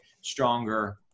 stronger